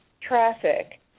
traffic